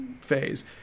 phase